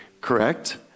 Correct